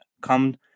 Come